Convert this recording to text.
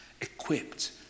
Equipped